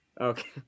Okay